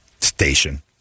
Station